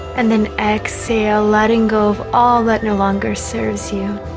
and then exhale letting go of all that no longer serves you